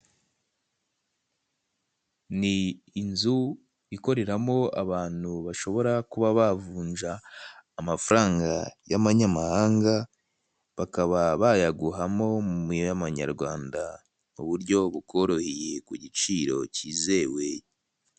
Ni inzu ikoreramo abantu bashobora kuba bavunja amafaranga y'amanyamahanga bakaba bayaguhamo mu y'amanyarwanda mu buryo bukoroheye ku giciro kizewe.